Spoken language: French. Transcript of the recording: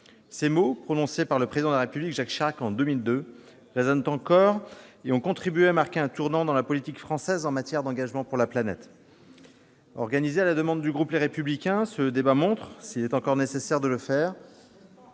collègues, prononcés par le Président de la République Jacques Chirac en 2002, résonnent encore et ont contribué à marquer un tournant dans la politique française en matière d'engagement pour la planète. Organisé à la demande du groupe Les Républicains, le présent débat montre, s'il est encore nécessaire de le faire,